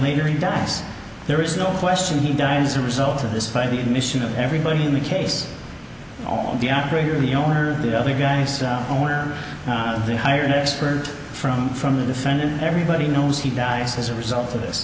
later he dies there is no question he died as a result of this by the admission of everybody in the case on the operator of the owner the other guys on the hire an expert from from the defendant everybody knows he dies as a result of this